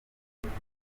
amaze